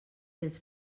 els